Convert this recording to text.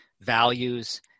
values